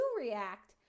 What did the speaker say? react